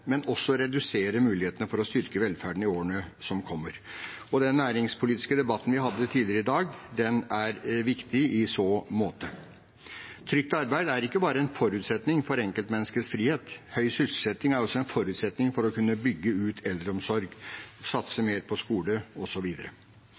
men også redusere mulighetene for å styrke velferden i årene som kommer. Den næringspolitiske debatten vi hadde tidligere i dag, er viktig i så måte. Trygt arbeid er ikke bare en forutsetning for enkeltmenneskets frihet. Høy sysselsetting er også en forutsetning for å kunne bygge ut eldreomsorg, satse